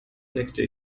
nickte